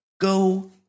go